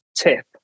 tip